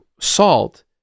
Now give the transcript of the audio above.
salt